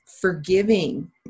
forgiving